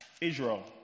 Israel